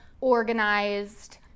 organized